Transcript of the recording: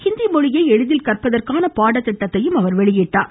ஹிந்தி மொழியை எளிதில் கற்பதற்கான பாடத்திட்டத்தையும் அவர் வெளியிட்டார்